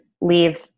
leave